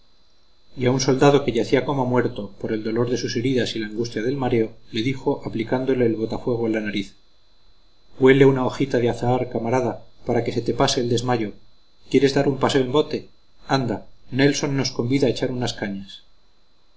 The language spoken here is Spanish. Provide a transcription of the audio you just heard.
a un soldado que yacía como muerto por el dolor de sus heridas y la angustia del mareo le dijo aplicándole el botafuego a la nariz huele una hojita de azahar camarada para que se te pase el desmayo quieres dar un paseo en bote anda nelson nos convida a echar unas cañas